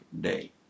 day